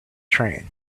train